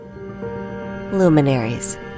Luminaries